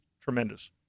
tremendous